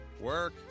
work